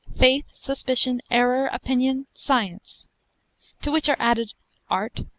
faith, suspicion, error, opinion, science to which are added art,